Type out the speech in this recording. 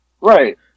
Right